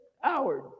Howard